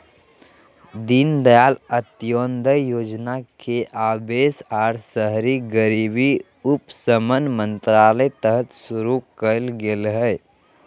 दीनदयाल अंत्योदय योजना के अवास आर शहरी गरीबी उपशमन मंत्रालय तहत शुरू कइल गेलय हल